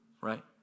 right